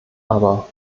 aber